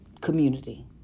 community